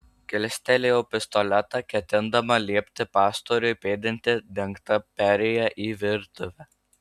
kilstelėjau pistoletą ketindama liepti pastoriui pėdinti dengta perėja į virtuvę